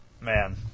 man